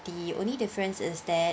the only difference is that